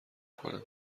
کنم